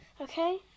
okay